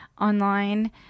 online